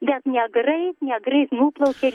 bet negreit negreit nuplaukė